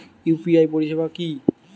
UPI পরিসেবাটা কি?